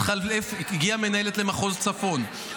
הגיעה מנהלת למחוז צפון,